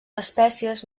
espècies